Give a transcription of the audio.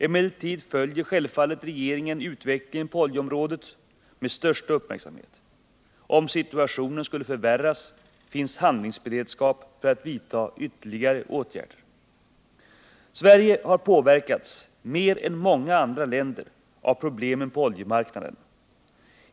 Emellertid följer självfallet regeringen utvecklingen på oljeområdet med största uppmärksamhet. Om situationen skulle förvärras finns handlingsberedskap för att vidta ytterligare åtgärder. Sverige har påverkats mer än många andra länder av problemen på oljemarknaden.